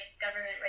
government